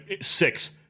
six